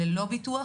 ללא ביטוח,